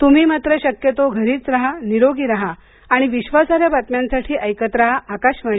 तुम्ही मात्र शक्यतो घरीच रहा निरोगी रहा आणि विश्वासार्ह बातम्यांसाठी ऐकत राहा आकाशवाणी